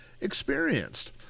experienced